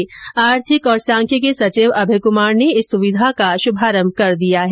कल आर्थिक और सांख्यिकी सचिव अभय कुमार ने इस सुविधा का शुभारंभ कर दिया है